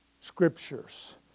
scriptures